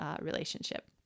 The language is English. relationship